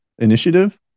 initiative